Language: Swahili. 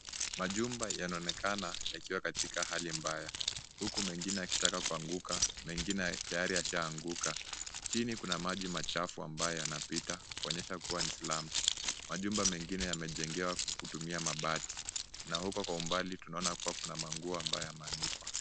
Majumba yanaonekana yakiwa katika hali mbaya huku mengine yakitaka kuanguka, mengine tayari yashaanguka. Chini kuna maji machafu ambayo yanapita kuonyesha kuwa ni slams . Majumba mengine yamejengewa kutumia mabati na huko kwa umbali tunaona kuwa kuna manguo ambayo yameanikwa.